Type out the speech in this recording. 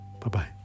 Bye-bye